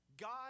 God